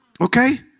Okay